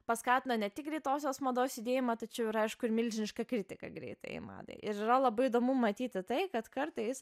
paskatino ne tik greitosios mados judėjimą tačiau ir aišku ir milžinišką kritiką greitajai madai ir yra labai įdomu matyti tai kad kartais